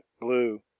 blue